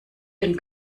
den